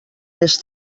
més